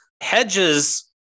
hedges